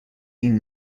این